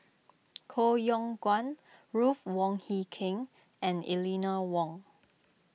Koh Yong Guan Ruth Wong Hie King and Eleanor Wong